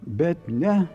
bet ne